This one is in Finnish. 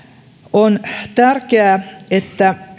on tärkeää että